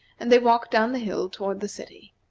and they walked down the hill toward the city.